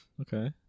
okay